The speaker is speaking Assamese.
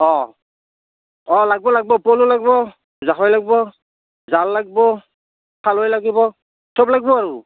অ অ লাগিব লাগিব পল' লাগিব জাকৈ লাগিব জাল লাগিব খালৈ লাগিব সব লাগিব আৰু